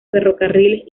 ferrocarriles